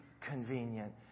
convenient